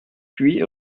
huit